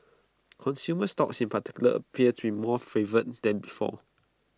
consumer stocks in particular appear to be more favoured than before